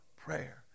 prayer